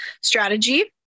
strategy